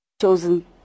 chosen